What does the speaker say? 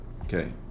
Okay